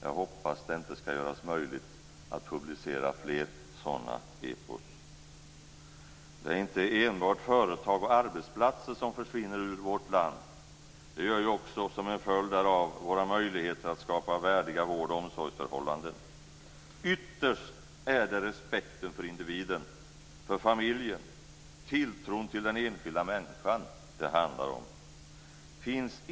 Jag hoppas att det inte skall vara möjligt att publicera fler sådana epos. Det är inte enbart företag och arbetsplatser som försvinner ur vårt land. Det gör också, som en följd därav, våra möjligheter att skapa värdiga vård och omsorgsförhållanden. Ytterst är det respekten för individen och för familjen och tilltron till den enskilda människan det handlar om.